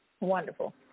Wonderful